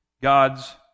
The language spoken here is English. God's